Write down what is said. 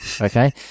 okay